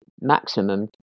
maximum